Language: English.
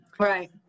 Right